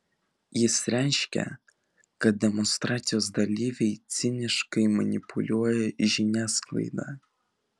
jis reiškė kad demonstracijos dalyviai ciniškai manipuliuoja žiniasklaida